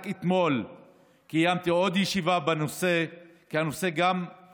רק אתמול קיימתי עוד ישיבה בנושא, כי גם חשוב,